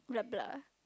blah blah